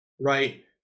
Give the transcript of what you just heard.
right